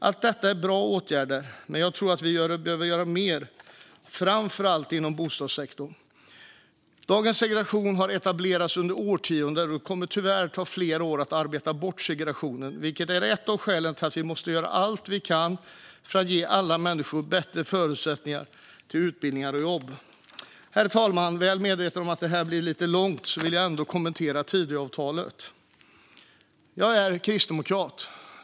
Allt detta är bra åtgärder, men jag tror att vi behöver göra mer, framför allt inom bostadssektorn. Dagens segregation har etablerats under årtionden, och det kommer tyvärr att ta flera år att arbeta bort segregationen, vilket är ett av skälen till att vi måste göra allt vi kan för att ge alla människor bättre förutsättningar till utbildningar och jobb. Herr talman! Väl medveten om att mitt anförande blir lite långt vill jag ändå kommentera Tidöavtalet. Jag är kristdemokrat.